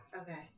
Okay